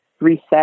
reset